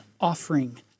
offering